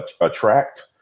attract